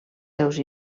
seus